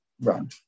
run